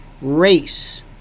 race